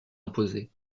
imposé